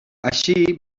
així